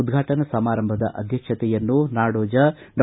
ಉದ್ಘಾಟನಾ ಸಮಾರಂಭದ ಅಧ್ಯಕ್ಷತೆಯನ್ನು ನಾಡೋಜ ಡಾ